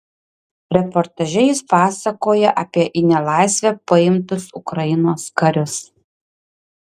reportaže jis pasakoja apie į nelaisvę paimtus ukrainos karius